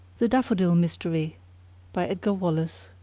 the daffodil mystery by edgar wallace